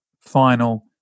final